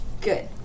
Good